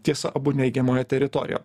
tiesa abu neigiamoje teritorijoje